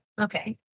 Okay